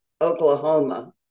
Oklahoma